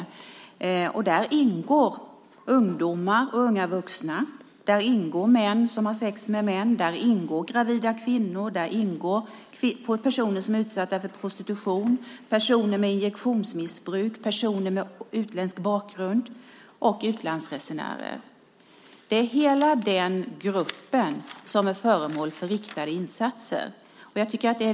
Där ingår ungdomar, unga vuxna, män som har sex med män, gravida kvinnor och personer som är prostituerade, personer med injektionsmissbruk, personer med utländsk bakgrund och utlandsresenärer. Det är alla dessa grupper som är föremål för riktade insatser.